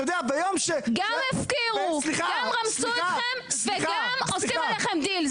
גם הפקירו, גם רמסו אתכם וגם עושים עליכם דין.